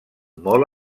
molt